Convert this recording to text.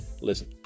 Listen